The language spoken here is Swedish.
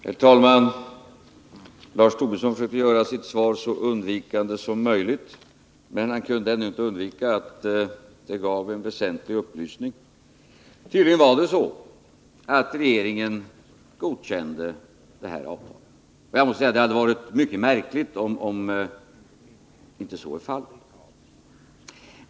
Herr talman! Lars Tobisson försökte göra sitt svar så undvikande som möjligt, men han kunde ändå inte undvika att det gav en väsentlig upplysning. Tydligen var det så att regeringen godkände detta avtal. Och jag måste säga att det hade varit mycket märkligt om så inte varit fallet.